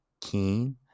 keen